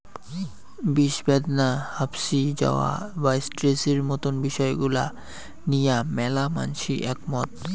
বিষব্যাদনা, হাপশি যাওয়া বা স্ট্রেসের মতন বিষয় গুলা নিয়া ম্যালা মানষি একমত